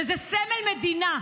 וזה סמל מדינה.